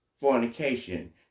fornication